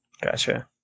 Gotcha